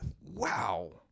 Wow